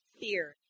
Fear